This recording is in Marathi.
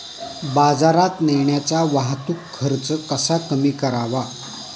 बाजारात नेण्याचा वाहतूक खर्च कसा कमी करावा?